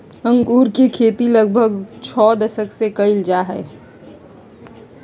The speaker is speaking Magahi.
अंगूर के खेती लगभग छो दशक से कइल जा हइ